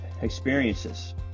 experiences